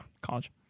College